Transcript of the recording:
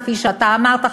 כפי שאתה אמרת,